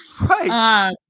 Right